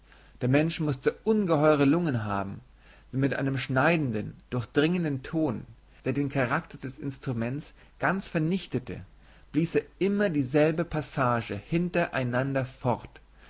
der mensch mußte ungeheure lungen haben denn mit einem schneidenden durchdringenden ton der den charakter des instruments ganz vernichtete blies er immer dieselbe passage hintereinander fort